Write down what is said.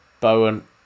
bowen